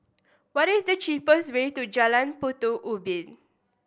what is the cheapest way to Jalan Batu Ubin